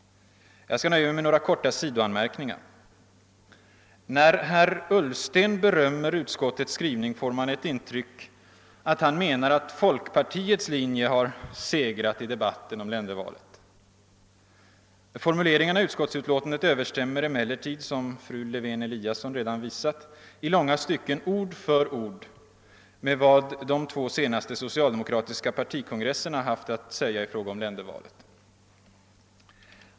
Jag skall nöja mig med några korta sidoanmärkningar. När herr Ullsten berömmer utskottets skrivning får man ett intryck av att han menar att folkpartiets åsikt har segrat i debatten om ländervalet. Formuleringarna i utskottsutlåtandet överensstämmer emellertid, som fru Le Wwén-Eliasson redan visat, ord för ord i långa stycken med vad de två senaste socialdemokratiska partikongresserna haft att säga i fråga om ländervalet.